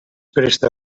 presta